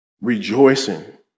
rejoicing